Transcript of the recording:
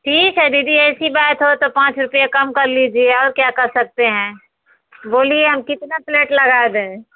ठीक है दीदी ऐसी बात हो तो पाँच रुपये कम कर लीजिये और क्या कर सकते हैं बोलिये हम कितना प्लेट लगा दें